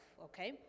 okay